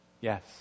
Yes